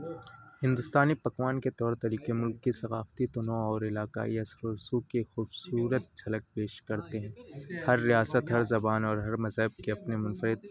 ہندوستانی پکوان کے طور طریقے ملک کی ثقافتی تنوع اور علاقائی اثر و رسوخ کے خوبصورت جھلک پیش کرتے ہیں ہر ریاست ہر زبان اور ہر مذہب کے اپنے منفرد